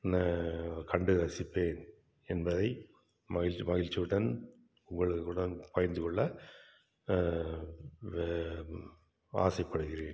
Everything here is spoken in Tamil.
கண்டு ரசிப்பேன் என்பதை மகிழ்ச்சி மகிழ்ச்சியுடன் உங்களுடன் பகிர்ந்து கொள்ள ஆசைப்படுகிறேன்